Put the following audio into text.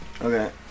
Okay